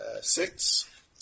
Six